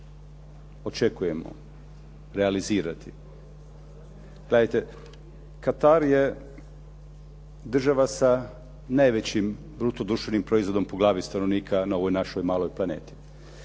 očekujemo realizirati. Gledajte Katar je država sa najvećim bruto državni proizvodom po glavi stanovnika na ovoj našoj maloj planeti.